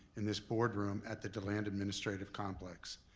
in this board room at the deland administrative complex.